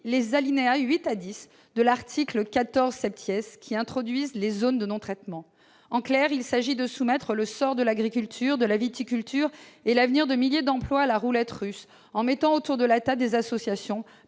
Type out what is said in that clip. les alinéas 8 à 10 de l'article 14 relatifs aux zones de non-traitement. En clair, il s'agit de jouer le sort de l'agriculture et de la viticulture et l'avenir de milliers d'emplois à la roulette russe, en invitant autour de la table des associations